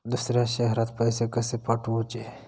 दुसऱ्या शहरात पैसे कसे पाठवूचे?